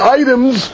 items